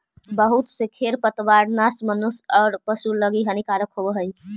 बहुत से खेर पतवारनाश मनुष्य औउर पशु लगी हानिकारक न होवऽ हई